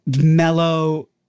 mellow